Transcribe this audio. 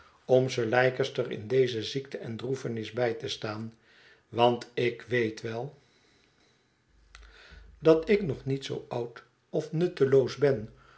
om sir leicester in deze ziekte en droefenis bij te staan want ik weet wel dat ik nog niet zoo oud of nutteloos ben